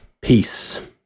peace